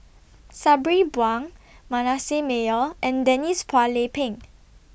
Sabri Buang Manasseh Meyer and Denise Phua Lay Peng